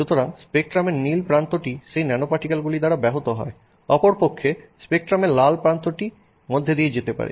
সুতরাং স্পেকট্রামের নীল প্রান্তটি সেই ন্যানোপার্টিকেলগুলি দ্বারা ব্যাহত হয় অপরপক্ষে স্পেকট্রামের লাল প্রান্তটি মধ্যে দিয়ে যেতে পারে